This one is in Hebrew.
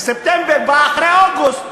וספטמבר בא אחרי אוגוסט,